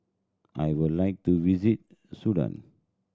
I would like to visit Sudan